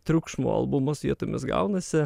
triukšmo albumas vietomis gaunasi